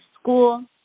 school